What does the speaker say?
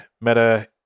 meta